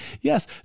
Yes